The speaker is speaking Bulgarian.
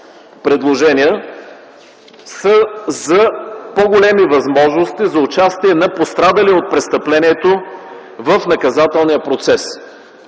предложения са за по-големи възможности за участие на пострадалия от престъплението в наказателния процес.